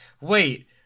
wait